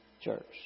church